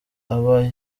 aba